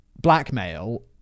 blackmail